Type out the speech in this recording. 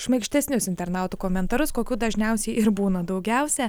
šmaikštesnius internautų komentarus kokių dažniausiai ir būna daugiausiai